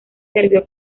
serbio